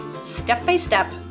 step-by-step